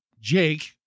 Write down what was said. Jake